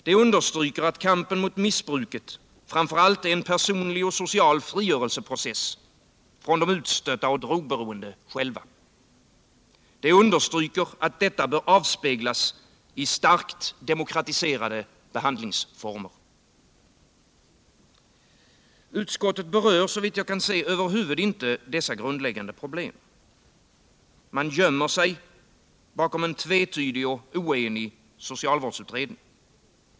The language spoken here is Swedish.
Det understryker att kampen mot missbruket framför allt är en personlig och social frigörelseprocess från de utstötta och drogberoende själva. Det understryker att detta bör avspeglas i starkt demokratiserade behandlingsformer. Utskottet berör såvitt jag kan se över huvud inte dessa grundläggande problem. Man gömmer sig bakom en tvetydig och oenig socialvårdsutredning.